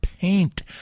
paint